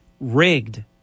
rigged